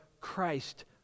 Christ